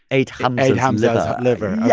ate ah um ate hamza's liver. yeah